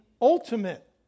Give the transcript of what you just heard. ultimate